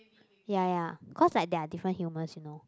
ya ya cause like there are different humours you know